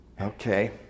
Okay